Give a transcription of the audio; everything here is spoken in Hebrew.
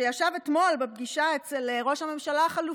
שישב אתמול בפגישה אצל ראש הממשלה החלופי,